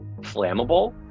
flammable